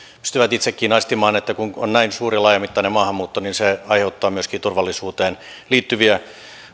pystyvät itsekin aistimaan että kun kun on näin suuri laajamittainen maahanmuutto niin se aiheuttaa myöskin turvallisuuteen liittyviä